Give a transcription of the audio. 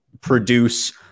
produce